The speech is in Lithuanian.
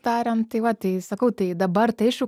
tariant tai va tai sakau tai dabar tai aišku